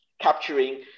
capturing